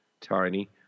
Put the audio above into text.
Tiny